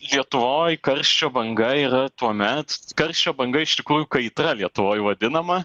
lietuvoje karščio banga yra tuomet karščio banga iš tikrųjų kaitra lietuvoj vadinama